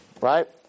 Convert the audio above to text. right